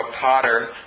potter